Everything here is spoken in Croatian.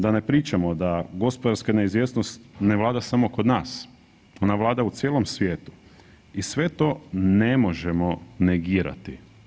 Da ne pričamo da gospodarska neizvjesnost ne vlada samo kod nas, ona vlada u cijelom svijetu i sve to ne možemo negirati.